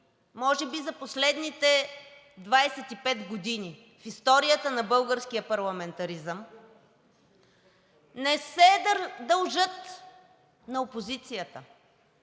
може би за последните 25 години в историята на българския парламентаризъм, не се дължат на опозицията.